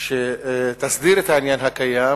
שתסדיר את העניין הקיים,